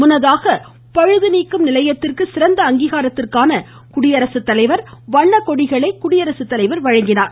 முன்னதாக பழுதுநீக்கும் நிலையத்திற்கு சிறந்த அங்கீகாரத்திற்கான குடியரசுத்தலைவர் வண்ணக் கொடிகளை கொடிகளை அவர் வழங்கினார்